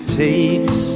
takes